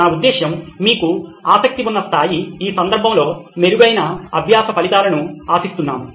నా ఉద్దేశ్యం మీకు ఆసక్తి ఉన్న స్థాయి ఈ సందర్భంలో మెరుగైన అభ్యాస ఫలితాలను ఆశిస్తున్నాము